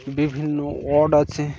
বিভিন্ন ওয়ার্ড আছে